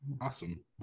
Awesome